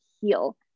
heal